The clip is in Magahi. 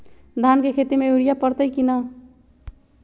धान के खेती में यूरिया परतइ कि न?